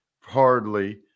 hardly